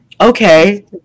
Okay